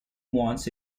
wants